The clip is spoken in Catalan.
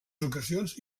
ocasions